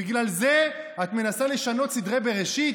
בגלל זה את מנסה לשנות סדרי בראשית?